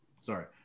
Sorry